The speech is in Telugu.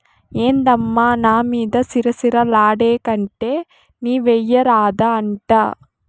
ఏందమ్మా నా మీద సిర సిర లాడేకంటే నీవెయ్యరాదా అంట